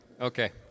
Okay